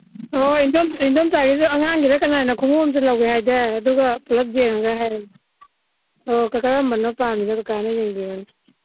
ꯍꯣꯏ ꯏꯟꯗꯣꯝꯆꯥꯒꯤꯁꯨ ꯑꯉꯥꯡꯒꯤꯔꯥ ꯀꯅꯥꯒꯤꯅꯣ ꯈꯣꯡꯎꯞ ꯑꯃꯁꯨ ꯂꯧꯒꯦ ꯍꯥꯏꯗꯥꯏ ꯑꯗꯨꯒ ꯄꯨꯂꯞ ꯌꯦꯡꯉꯒ ꯍꯥꯏꯔꯛꯑꯒꯦ ꯑꯣ ꯀꯔꯝꯕꯅꯣ ꯄꯥꯝꯃꯤꯗꯣ ꯀꯀꯥꯅ ꯌꯦꯡꯕꯤꯔꯣꯅꯦ